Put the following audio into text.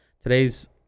today's